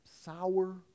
sour